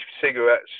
cigarettes